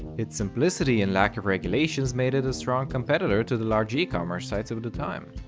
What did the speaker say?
its simplicity and lack of regulations made it a strong competitor to the large e-commerce sites of of the time.